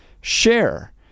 share